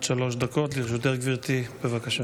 עד שלוש דקות לרשותך, גברתי, בבקשה.